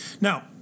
Now